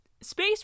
space